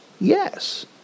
Yes